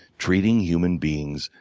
treating human beings,